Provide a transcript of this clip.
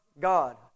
God